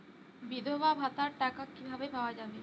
বিধবা ভাতার টাকা কিভাবে পাওয়া যাবে?